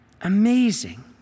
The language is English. Amazing